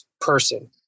person